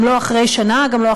גם לא אחרי שנה,